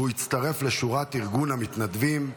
והוא הצטרף לשורת ארגון המתנדבים,